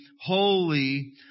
holy